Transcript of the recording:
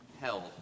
held